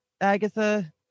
Agatha